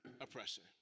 oppression